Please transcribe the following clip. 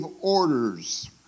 orders